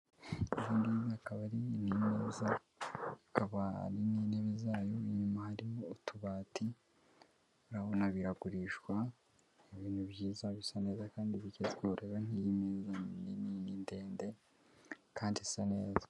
Izi ngizi akaba ari imeza, hakaba hari n'intebe zayo, inyuma hariho utubati, urabona biragurishwa, ni ibintu byiza, bisa neza kandi bigezweho. Reba nk'iyi meza, ni nini, ni ndende kandi isa neza.